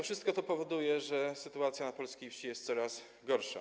Wszystko to powoduje, że sytuacja na polskiej wsi jest coraz gorsza.